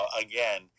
Again